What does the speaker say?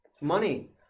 money